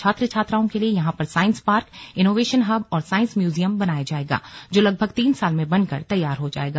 छात्र छात्राओं के लिए यहां पर साइंस पार्क इनोवेशन हब और साइंस म्यूजियम बनाया जायेगा जो लगभग तीन साल में बनकर तैयार हो जाएगा